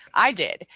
i did,